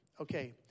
Okay